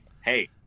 hey